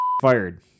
fired